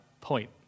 point